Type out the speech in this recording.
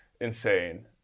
insane